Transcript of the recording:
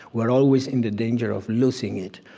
we're always in danger of losing it,